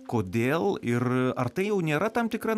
kodėl ir ar tai jau nėra tam tikra